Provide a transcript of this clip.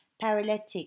paralytic